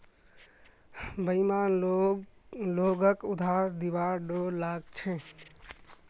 बेईमान लोगक उधार दिबार डोर लाग छ